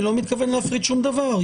אני לא מתכוון להפריד שום דבר.